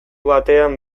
batean